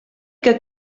que